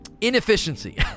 inefficiency